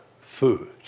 food